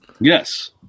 Yes